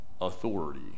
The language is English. Authority